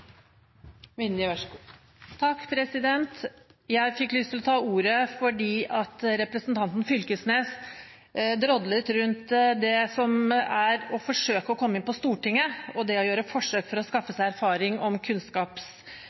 Jeg fikk lyst til å ta ordet fordi representanten Fylkesnes drodlet rundt det som er å forsøke å komme inn på Stortinget, og det å gjøre forsøk for å skaffe seg erfaring om